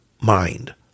mind